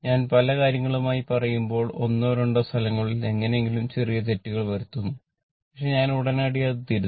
ഞാൻ പല കാര്യങ്ങളുമായി പറയുമ്പോൾ ഒന്നോ രണ്ടോ സ്ഥലങ്ങളിൽ എങ്ങനെയെങ്കിലും ചെറിയ തെറ്റുകൾ വരുത്തുന്നു പക്ഷേ ഞാൻ ഉടൻ തന്നെ അത് തിരുത്തി